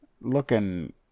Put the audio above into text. looking